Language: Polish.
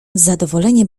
zadowolenie